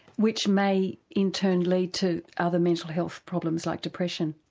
which may in turn lead to other mental health problems like depression?